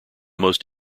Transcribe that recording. most